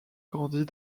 grandit